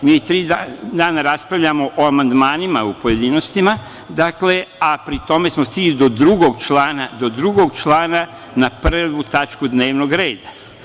Mi tri dana raspravljamo o amandmanima, u pojedinostima, a pri tome smo stigli do drugog člana na prvu tačku dnevnog reda.